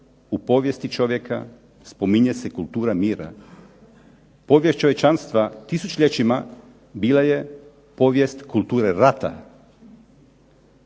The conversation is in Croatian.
u povijesti čovjeka spominje se kultura mira. Povijest čovječanstva tisućljećima bila je povijest kulture rata.